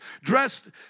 dressed